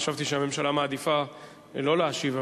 חשבתי שהממשלה מעדיפה לא להשיב,